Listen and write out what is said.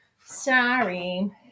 Sorry